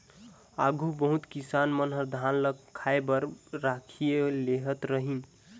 आघु बहुत किसान मन धान ल खाए बर राखिए लेहत रहिन